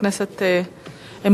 חבר הכנסת אמסלם.